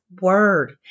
word